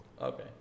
okay